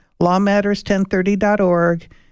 lawmatters1030.org